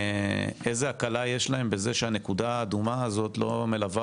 איזה הקלה יש להם בזה שהנקודה האדומה הזאת לא מלווה